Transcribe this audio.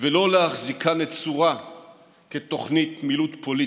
ולא להחזיקה נצורה כתוכנית מילוט פוליטית,